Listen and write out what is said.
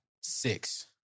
six